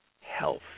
health